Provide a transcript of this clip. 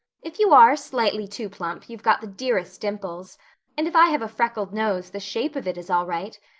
if you are slightly too plump you've got the dearest dimples and if i have a freckled nose the shape of it is all right.